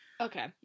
Okay